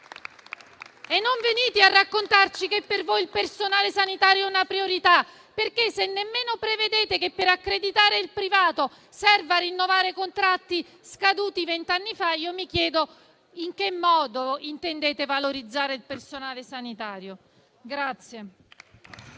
Non venite a raccontarci che per voi il personale sanitario è una priorità. Se non prevedete nemmeno che per accreditare il privato serva rinnovare contratti scaduti vent'anni fa, mi chiedo in che modo intendiate valorizzare il personale sanitario.